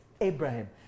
Abraham